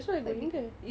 quite big kan